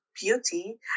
beauty